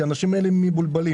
כי האנשים האלה מבולבלים.